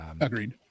Agreed